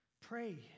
pray